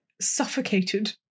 suffocated